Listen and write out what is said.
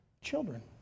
children